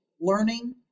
learning